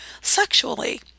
sexually